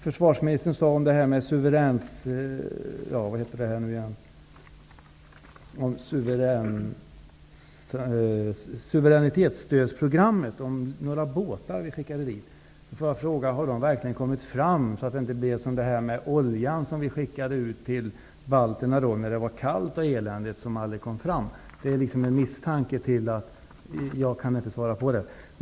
Försvarsministern talade om suveränitetsstödsprogrammet och några båtar vi har skickat. Har de verkligen kommit fram? Det kanske gick som med den olja som vi skickade till balterna när det var kallt och eländigt. Oljan kom aldrig fram. Det är en misstanke.